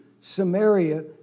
Samaria